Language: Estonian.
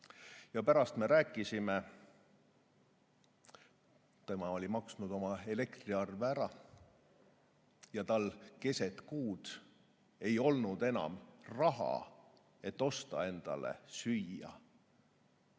Pärast me rääkisime. Tema oli maksnud oma elektriarve ära ja tal keset kuud ei olnud enam raha, et endale süüa